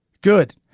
good